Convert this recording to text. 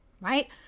right